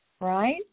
right